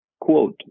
quote